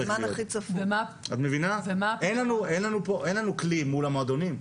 אין לנו כלי נגד המועדונים.